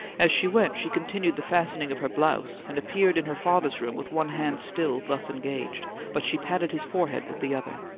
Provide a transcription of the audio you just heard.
as she went, she continued the fastening of her blouse, and appeared in her father's room with one hand still thus engaged, but she patted his forehead with the other.